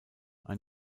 ein